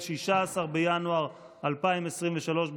16 בינואר 2023,